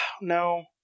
No